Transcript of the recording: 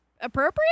appropriate